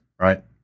right